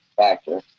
factor